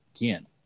again